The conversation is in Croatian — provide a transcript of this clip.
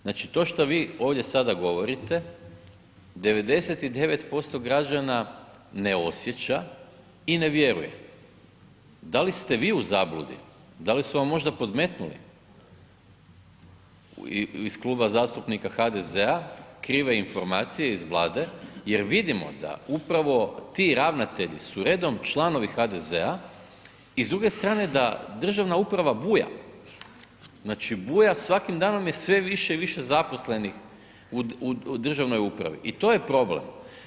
Znači to šta vi ovdje sada govorite, 99% građana ne osjeća i ne vjeruje, da li ste vi u zabludi, da li su vam možda podmetnuli iz Kluba zastupnika HDZ-a krive informacije, iz Vlade jer vidimo da upravo ti ravnatelji su redom članovi HDZ-a i s druge strane da državna uprava buja, znači buja svaki danom je sve više i više zaposlenih u državnoj upravi i to je problem.